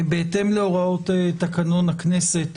בהתאם להוראות תקנון הכנסת,